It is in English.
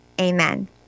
Amen